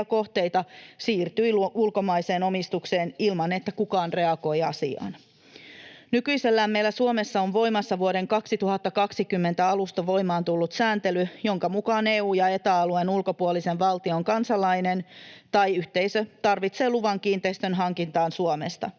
siirtyi ulkomaiseen omistukseen ilman, että kukaan reagoi asiaan. Nykyisellään meillä Suomessa on voimassa vuoden 2020 alusta voimaan tullut sääntely, jonka mukaan EU- ja Eta-alueen ulkopuolisen valtion kansalainen tai yhteisö tarvitsee luvan kiinteistönhankintaan Suomesta.